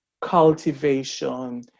cultivation